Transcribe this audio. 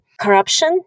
corruption